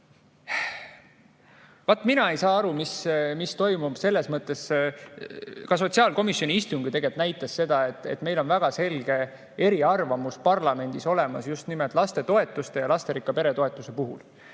vaat mina ei saa aru, mis toimub. Ka sotsiaalkomisjoni istung ju tegelikult näitas seda, et meil on väga selge eriarvamus parlamendis olemas just nimelt lapsetoetuse ja lasterikka pere toetuse puhul.